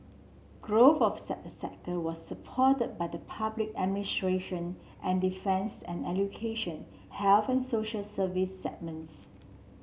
growth of sector was supported by the public administration and defence and education health and social services segments